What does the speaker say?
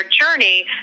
journey